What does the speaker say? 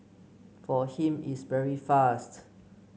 for him it's very fast